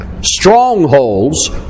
Strongholds